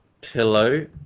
pillow